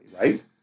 right